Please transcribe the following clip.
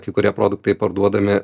kai kurie produktai parduodami